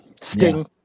Sting